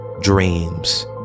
dreams